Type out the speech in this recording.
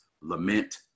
lament